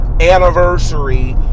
Anniversary